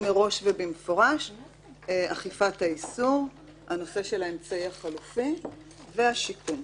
ובמפורש: אכיפת האיסור, האמצעי החלופי והשיקום.